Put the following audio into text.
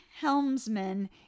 helmsman